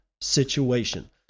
situation